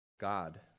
God